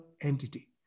entity